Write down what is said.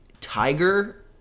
tiger